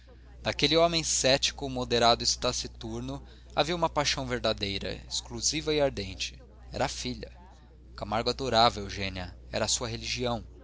naquele homem céptico moderado e taciturno havia uma paixão verdadeira exclusiva e ardente era a filha camargo adorava eugênia era sua religião